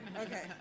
okay